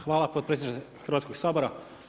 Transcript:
Hvala potpredsjedniče Hrvatskog sabora.